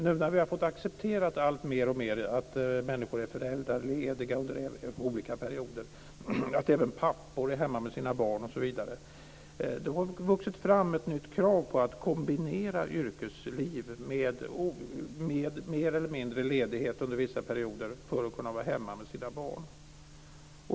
Nu när det har blivit alltmer accepterat att människor är föräldralediga under olika perioder, att även pappor är hemma med sina barn osv. har det vuxit fram ett nytt krav på att kombinera yrkesliv med mer eller mindre ledighet under vissa perioder för att kunna vara hemma med sina barn.